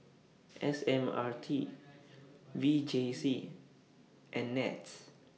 S M R T V J C and Nets